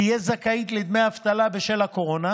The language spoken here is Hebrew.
תהיה זכאות לדמי אבטלה בשל הקורונה,